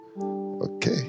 Okay